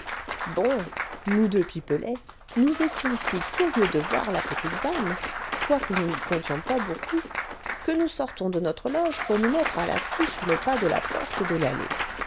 bon nous deux pipelet nous étions si curieux de voir la petite dame quoique nous n'y comptions pas beaucoup que nous sortons de notre loge pour nous mettre à l'affût sur le pas de la porte de l'allée